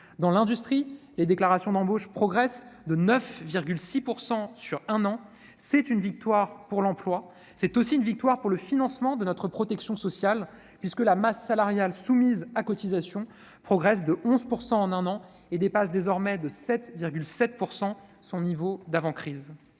Dans l'industrie, les déclarations d'embauche progressent de 9,6 % sur un an. C'est une victoire pour l'emploi, mais aussi pour le financement de notre protection sociale, puisque la masse salariale soumise à cotisations a progressé de 11 % en un an et dépasse désormais de 7,7 % son niveau d'avant-crise.